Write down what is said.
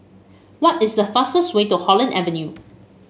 what is the fastest way to Holland Avenue